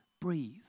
breathe